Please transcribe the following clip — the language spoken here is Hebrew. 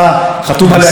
שמצטרף,